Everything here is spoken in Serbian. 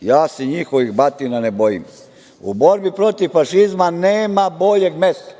Ja se njihovih batina ne bojim. U borbi protiv fašizma nema boljeg mesta